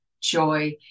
joy